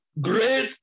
Grace